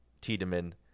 Tiedemann